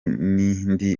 n’ibindi